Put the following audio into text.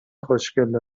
خوشگله